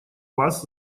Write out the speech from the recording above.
вас